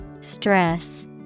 stress